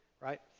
right